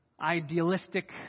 idealistic